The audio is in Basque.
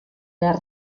behar